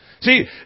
See